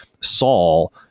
Saul